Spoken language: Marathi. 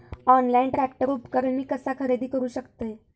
ऑनलाईन ट्रॅक्टर उपकरण मी कसा खरेदी करू शकतय?